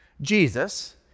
Jesus